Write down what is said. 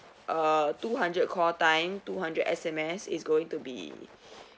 uh two hundred call time two hundred S_M_S is going to be